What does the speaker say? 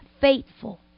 Faithful